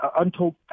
untold